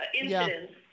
incidents